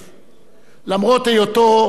למרות היותו איש ציבור